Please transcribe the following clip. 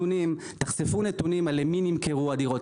תחשפו נתונים למי נמכרו הדירות.